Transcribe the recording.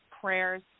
prayers